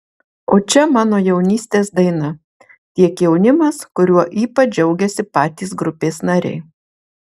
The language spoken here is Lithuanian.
o čia mano jaunystės daina tiek jaunimas kuriuo ypač džiaugiasi patys grupės nariai